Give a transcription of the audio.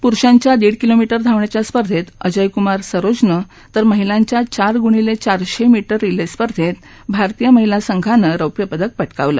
पुरुषांच्या दीड किलोमीटर धावण्याच्या स्पर्धेत अजयकुमार सरोजनं तर महिलांच्या चार गुणीले चारशे मीटर रिले स्पर्धेत भारतीय महिला संघानं रौप्य पदक पटकावलं